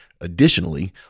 additionally